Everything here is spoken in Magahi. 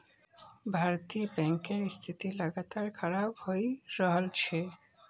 भारतीय बैंकेर स्थिति लगातार खराब हये रहल छे